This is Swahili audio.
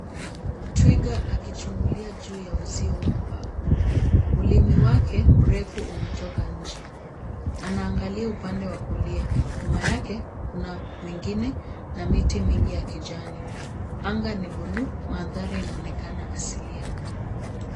Twiga akichungulia juu ya uzio wa mbao. Ulimi wake mrefu umetoka nje. Anaangalia upande wa kulia, nyuma yake kuna mwingine na miti mingi ya kijani. Anga ni buluu , mandhari yanaonekana asilia.